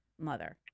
mother